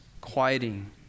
quieting